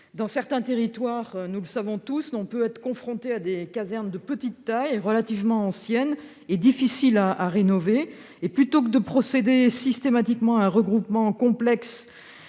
Dans certains territoires, nous le savons tous, il peut y avoir des casernes de petite taille relativement anciennes et difficiles à rénover. Plutôt que de procéder systématiquement à un regroupement complexe